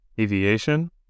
Aviation